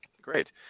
Great